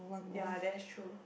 ya that's true